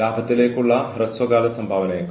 ആളുകൾക്ക് അസ്വസ്ഥത അനുഭവപ്പെടും